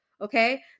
okay